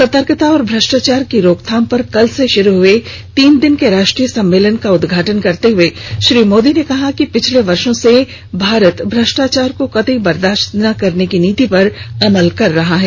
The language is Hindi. सतर्कता और भ्रष्टाचार की रोकथाम पर कल से शुरू हए तीन दिन के राष्ट्रीय सम्मेलन का उद्घाटन करते हुए श्री मोदी ने कहा कि बीते वर्षो से भारत भ्रष्टाचार को कतई बर्दाश्त न करने की नीति पर अमल कर रहा है